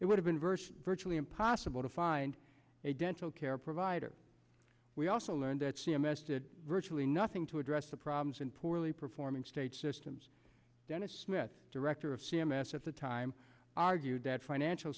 it would have been virtually virtually impossible to find a dental care provider we also learned that c m s did virtually nothing to address the problems in poorly performing state systems dennis smith director of c m s at the time argued that financial